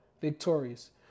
victorious